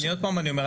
אני עוד פעם אומר,